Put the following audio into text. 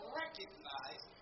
recognize